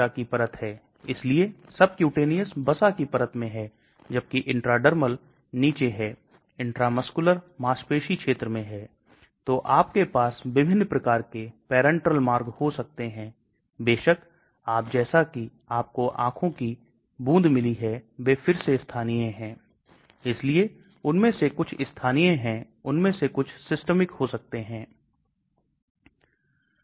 यह एक ester है इसलिए इस विशेष बांड को हाइड्रोलाइसिस द्वारा तोड़ना पड़ता है यदि आपके पास अंदर esterases जैसा एक एंजाइम है तो यह इसको तोड़ता है और शेष भाग अंदर का सक्रिय पदार्थ बन जाता है